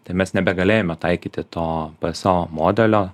tai mes nebegalėjome taikyti to pso modelio